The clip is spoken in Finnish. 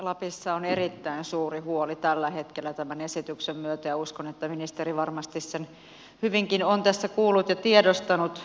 lapissa on erittäin suuri huoli tällä hetkellä tämän esityksen myötä ja uskon että ministeri varmasti sen hyvinkin on tässä kuullut ja tiedostanut